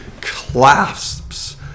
clasps